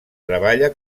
treballa